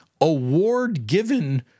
Award-given